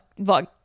vlog